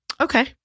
Okay